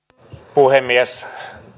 puhemies